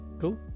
cool